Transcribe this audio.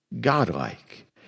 godlike